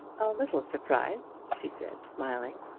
a little surprised, she said, smiling.